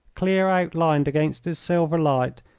clear outlined against its silver light,